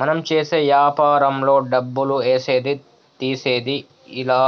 మనం చేసే యాపారంలో డబ్బులు ఏసేది తీసేది ఇలా